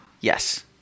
Yes